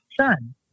son